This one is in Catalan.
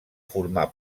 formar